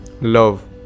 Love